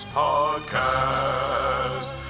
podcast